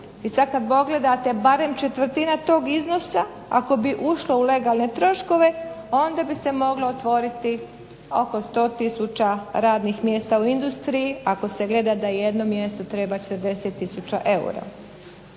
I sad kad pogledate barem četvrtina tog iznosa ako bi ušla u legalne troškove onda bi se moglo otvoriti oko 100 tisuća radnih mjesta u industriji ako se gleda da jedno mjesto treba 40 tisuća eura.